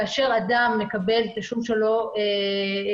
כאשר אדם מקבל תשלום שלא כדין,